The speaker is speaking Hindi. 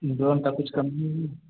ड्रोन का कुछ कम नहीं